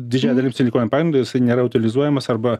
didžiąja dalim silikonino pagrindo jisai nėra utilizuojamas arba